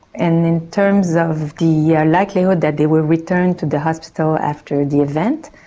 and in terms of the yeah likelihood that they will return to the hospital after the event,